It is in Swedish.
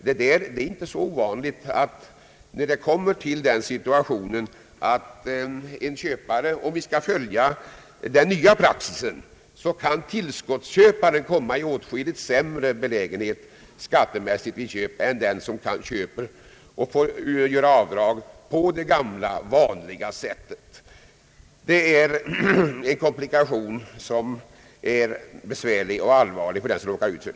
Det är inte så ovanligt — om vi skall följa den nya praxis — att en tillskottsköpare kan komma i en åtskilligt sämre belägenhet skattemässigt vid köp än en köpare som får göra avdrag på det gamla vanliga sättet. Det är en besvärlig och allvarlig komplikation för den som råkar ut härför.